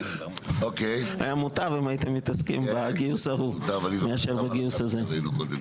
לא להפריע לאלקין.